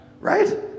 Right